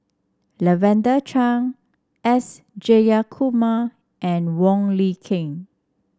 Lavender Chang S Jayakumar and Wong Lin Ken